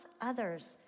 others